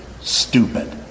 stupid